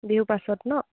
বিহু পাছত ন